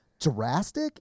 drastic